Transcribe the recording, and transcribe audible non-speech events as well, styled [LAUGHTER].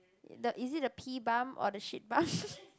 the is it the pee bump or the shit bump [LAUGHS]